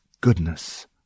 goodness